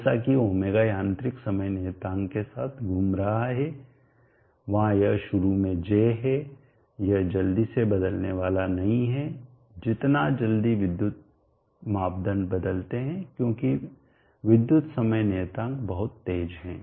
जैसा कि ω यांत्रिक समय नियतांक के साथ घूम रहा है वहां यह शुरू में J है यह जल्दी से बदलने वाला नहीं है जितना जल्दी विद्युत मापदंड बदलते है क्योंकि विद्युत समय नियतांक बहुत तेज है